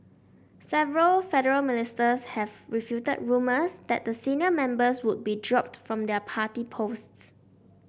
several federal ministers have refuted rumours that the senior members would be dropped from their party posts